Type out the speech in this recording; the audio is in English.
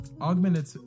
augmented